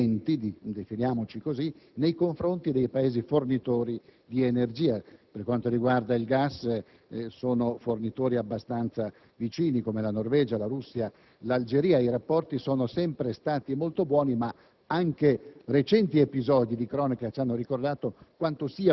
Il secondo punto parla dei nostri rapporti di clienti - definiamoci così - nei confronti di Paesi fornitori di energia. Per quanto concerne il gas, i fornitori sono abbastanza vicini, come la Norvegia, la Russia, l'Algeria, i rapporti sono sempre stati molto buoni ma